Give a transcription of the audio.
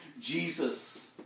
Jesus